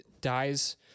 dies